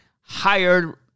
hired